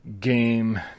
Game